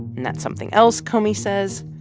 and that something else, comey says,